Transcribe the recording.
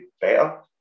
better